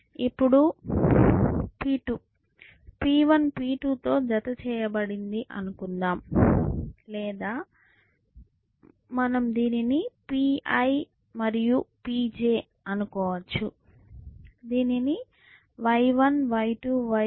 ఇప్పుడు P2 P1 P2 తో జత చేయబడింది అనుకుందాం లేదా మీరు దీనిని pi మరియు pj అనుకోవచ్చు దీనిని y1 y2 y3